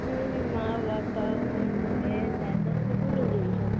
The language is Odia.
ମୁଁ ବି ମାଆ ବାପା ମୋର୍ ବେହେନ୍ ଦାଦା ସବୁ ଲୋକ ଯାଉଛୁ